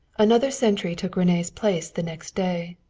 another sentry took rene's place the next day,